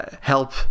help